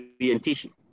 orientation